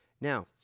now